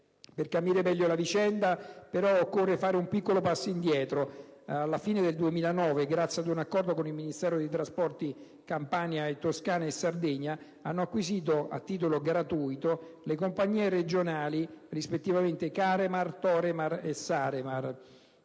Per capire meglio la vicenda, però, occorre fare un piccolo passo indietro. Alla fine del 2009, grazie ad un accordo con il Ministero delle infrastrutture e dei trasporti, Campania, Toscana e Sardegna hanno acquisito a titolo gratuito le compagnie regionali (rispettivamente Caremar, Toremar e Saremar),